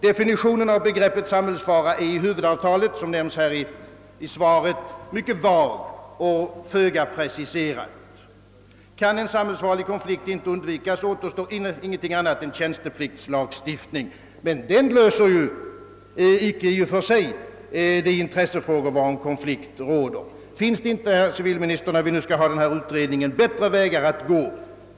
Definitionen av begreppet samhällsfara är i huvudavtalet mycket vag och föga preciserad. Kan en samhällsfarlig konflikt icke undvikas, återstår ingenting annat än tjänstepliktslagstiftning. Men en sådan löser ju i och för sig inte de intressefrågor, varom konflikt råder. Finns det inte, herr civilminister, när vi nu skall få denna utredning, bättre vägar att gå?